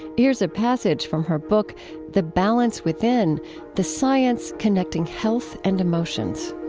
here's a passage from her book the balance within the science connecting health and emotions